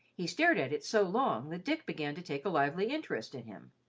he stared at it so long that dick began to take a lively interest in him,